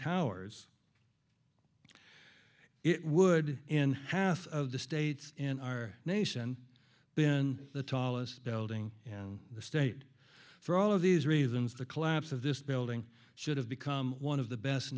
towers it would in half of the states in our nation then the tallest building in the state for all of these reasons the collapse of this building should have become one of the best